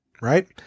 Right